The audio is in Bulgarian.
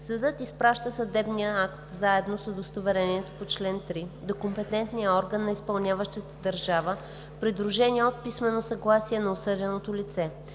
Съдът изпраща съдебния акт заедно с удостоверението по чл. 3 до компетентния орган на изпълняващата държава, придружени от писменото съгласие на осъденото лице.